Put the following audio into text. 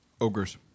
Ogres